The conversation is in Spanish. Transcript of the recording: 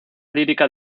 lírica